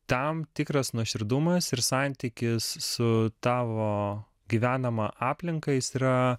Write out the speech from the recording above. tam tikras nuoširdumas ir santykis su tavo gyvenama aplinka jis yra